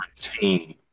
team